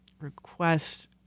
request